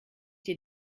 dir